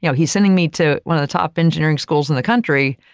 yeah he's sending me to one of the top engineering schools in the country,